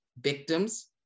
victims